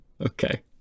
Okay